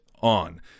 on